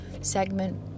segment